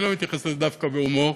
אני לא מתייחס לזה דווקא בהומור,